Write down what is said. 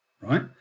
right